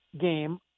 game